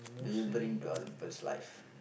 do you bring to other people's life